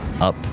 Up